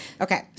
Okay